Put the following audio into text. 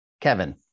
Kevin